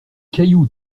cailloux